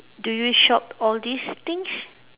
do you shop all these things